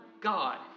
God